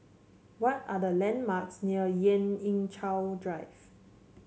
what are the landmarks near Lien Ying Chow Drive